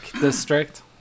district